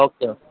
okay